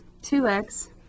2x